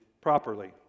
properly